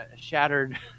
shattered